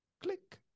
click